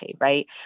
right